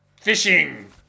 fishing